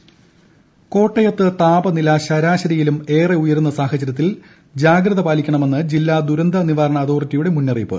താപനില കോട്ടയം ഇൻട്രോ കോട്ടയത്ത് താപനില ശരാശരിയിലും ഏറെ ഉയരുന്ന സാഹചര്യത്തിൽ ജാഗ്രത പാലിക്കണമെന്നു ജില്ലാ ദുരന്ത നിവാരണ അതോറിറ്റിയുട്ടിട്ട് മു്ന്നറിയിപ്പ്